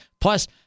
Plus